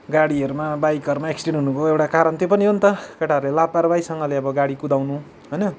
गाडीहरूमा बाइकहरूमा एक्सिडेन्ट हुनुको एउटा कारण त्यो पनि हो नि त केटाहरूले लापरवाहीसँगले अब गाडी कुदाउनु होइन